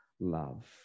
love